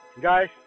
guys